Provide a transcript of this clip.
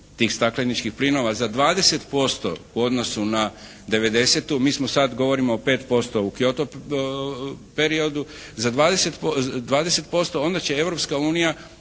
tih stakleničkih plinova za 20% u odnosu na '90.-tu. Mi smo sad govorimo o 5% u Kyoto periodu, za 20%, onda će Europska unija